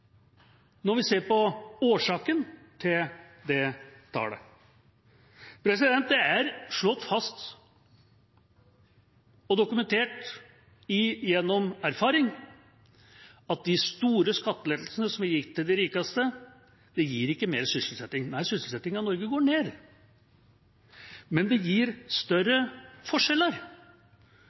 vi ser på årsaken til det tallet. Det er slått fast og dokumentert gjennom erfaring at de store skattelettelsene som er gitt til de rikeste, ikke gir mer sysselsetting. Nei, sysselsettingen i Norge går ned, men det gir større forskjeller.